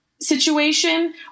situation